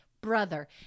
brother